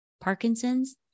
Parkinson's